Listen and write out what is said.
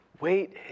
wait